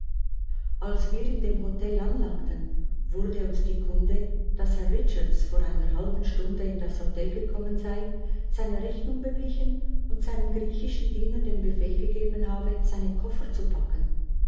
als wir in dem hotel anlangten wurde uns die kunde daß herr richards vor einer halben stunde in das hotel gekommen sei seine rechnung beglichen und seinem griechischen diener den befehl gegeben habe seine koffer zu packen